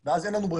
גם בספטמבר?